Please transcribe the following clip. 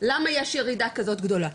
למה יש ירידה כזאת גדולה?